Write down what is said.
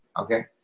Okay